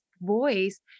voice